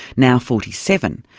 now forty seven,